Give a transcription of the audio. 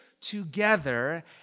together